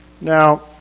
Now